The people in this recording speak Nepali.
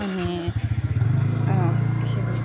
अनि